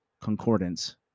Concordance